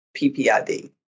PPID